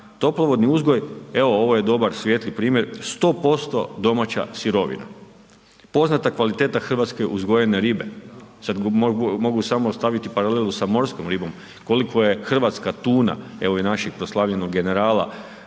toplovodni uzgoj, evo ovo je dobar svijetli primjer 100% domaća sirovina. Poznata kvaliteta hrvatske uzgojene ribe. Sad mogu samo staviti paralelu sa morskom ribom koliko je hrvatska tuna. Evo i našeg proslavljenog generala,